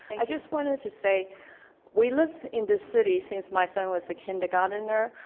i just wanted to say we lived in this city since my son was a kindergartener.